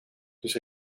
dus